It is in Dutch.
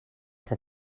van